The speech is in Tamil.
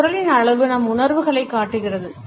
நம் குரலின் அளவு நம் உணர்வுகளை காட்டுகிறது